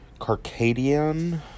Carcadian